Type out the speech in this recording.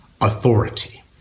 authority